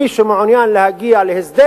מי שמעוניין להגיע להסדר